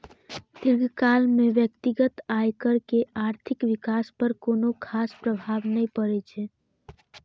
दीर्घकाल मे व्यक्तिगत आयकर के आर्थिक विकास पर कोनो खास प्रभाव नै पड़ै छै